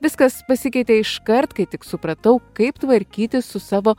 viskas pasikeitė iškart kai tik supratau kaip tvarkytis su savo